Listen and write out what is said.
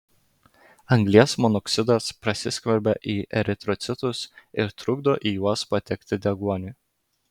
anglies monoksidas prasiskverbia į eritrocitus ir trukdo į juos patekti deguoniui